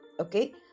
okay